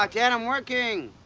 like dad i'm working!